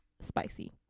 spicy